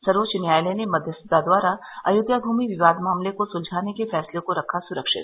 सर्वोच्च न्यायालय ने मध्यस्थता द्वारा अयोध्या भूमि विवाद मामले को सुलझाने के फैसले को रखा सुरक्षित